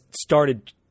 started